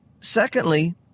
Secondly